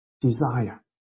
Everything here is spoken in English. desire